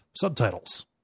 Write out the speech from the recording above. subtitles